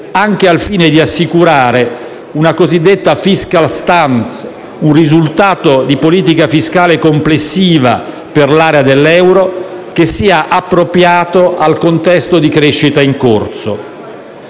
anche al fine di assicurare la cosiddetta *fiscal stance*, ovvero un risultato di politica fiscale complessiva per l'area dell'euro che sia appropriata al contesto di crescita in corso.